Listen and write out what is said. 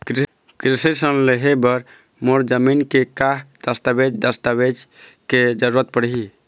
कृषि ऋण लेहे बर मोर जमीन के का दस्तावेज दस्तावेज के जरूरत पड़ही?